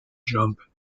jump